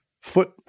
foot